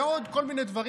ועוד כל מיני דברים.